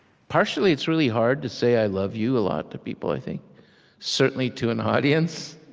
partially, it's really hard to say i love you a lot, to people, i think certainly, to an audience.